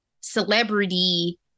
celebrity